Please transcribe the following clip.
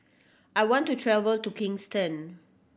I want to travel to Kingston